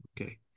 Okay